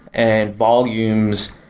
and volumes,